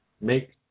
make